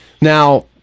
Now